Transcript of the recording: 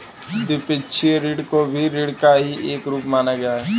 द्विपक्षीय ऋण को भी ऋण का ही एक रूप माना गया है